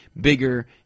Bigger